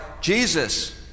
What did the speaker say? Jesus